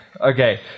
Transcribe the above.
okay